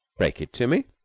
break it to me!